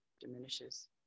diminishes